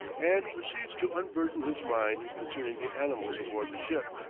and proceeds to unburden his mind concerning the animals aboard the ship.